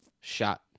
shot